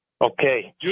okay